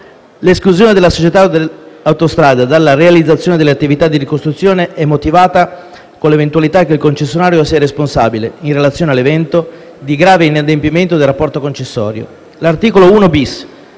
L’esclusione della società Autostrade dalla realizzazione delle attività di ricostruzione è motivata con l’eventualità che il concessionario sia responsabile, in relazione all’evento, di grave inadempimento del rapporto concessorio. L’articolo 1-bis,